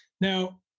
Now